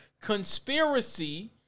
Conspiracy